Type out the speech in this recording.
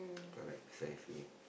correct precisely